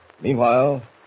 Meanwhile